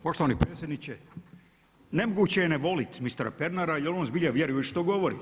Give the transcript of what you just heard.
Poštovani predsjedniče nemoguće je ne voljeti mistera Pernara jer ona zbilja vjeruje što govori.